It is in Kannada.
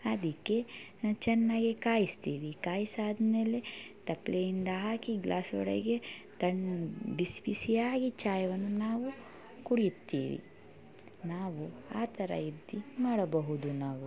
ಅದಕ್ಕೆ ಚೆನ್ನಾಗಿ ಕಾಯಿಸ್ತೀವಿ ಕಾಯಿಸಿ ಆದಮೇಲೆ ತಪ್ಲೆಯಿಂದ ಹಾಕಿ ಗ್ಲಾಸ್ ಒಳಗೆ ತಣಿ ಬಿಸಿ ಬಿಸಿಯಾಗಿ ಚಾಯವನ್ನು ನಾವು ಕುಡಿಯುತ್ತೀವಿ ನಾವು ಆ ಥರ ಇದು ಮಾಡಬಹುದು ನಾವು